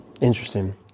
Interesting